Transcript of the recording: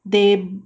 they